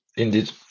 indeed